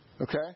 Okay